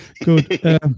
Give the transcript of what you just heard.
good